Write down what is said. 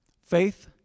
Faith